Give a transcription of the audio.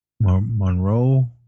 Monroe